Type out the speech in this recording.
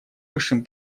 высшим